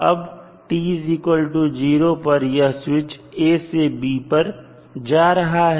और अब t0 पर यह स्विच A से B पर जा रहा है